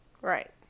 Right